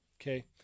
Okay